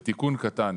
בתיקון קטן,